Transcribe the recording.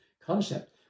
concept